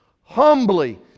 Humbly